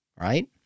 Right